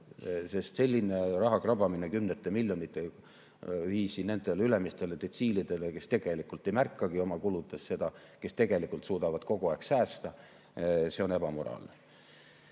Sest selline raha krabamine kümnete miljonite viisi nendele ülemistele detsiilidele, kes tegelikult ei märkagi seda oma kuludes, kes suudavad kogu aeg säästa, on ebamoraalne.